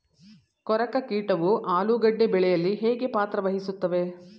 ಕೊರಕ ಕೀಟವು ಆಲೂಗೆಡ್ಡೆ ಬೆಳೆಯಲ್ಲಿ ಹೇಗೆ ಪಾತ್ರ ವಹಿಸುತ್ತವೆ?